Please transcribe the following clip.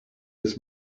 was